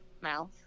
mouth